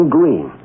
Green